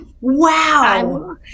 wow